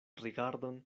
rigardon